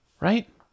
right